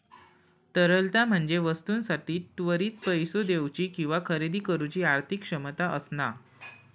तरलता म्हणजे वस्तूंसाठी त्वरित पैसो देउची किंवा खरेदी करुची आर्थिक क्षमता असणा